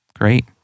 Great